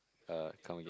uh come again